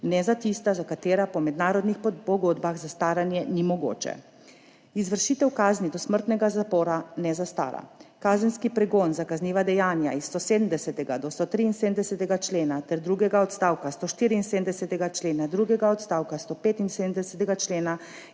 ne za tista, za katera po mednarodnih pogodbah zastaranje ni mogoče. Izvršitev kazni dosmrtnega zapora ne zastara. Kazenski pregon za kazniva dejanja iz 170. do 173. člena ter drugega odstavka 174. člena, drugega odstavka 175. člena